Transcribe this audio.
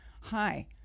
hi